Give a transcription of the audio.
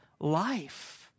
life